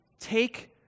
take